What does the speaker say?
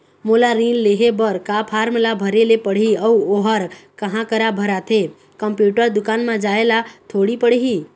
मोला ऋण लेहे बर का फार्म ला भरे ले पड़ही अऊ ओहर कहा करा भराथे, कंप्यूटर दुकान मा जाए ला थोड़ी पड़ही?